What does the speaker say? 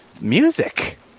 Music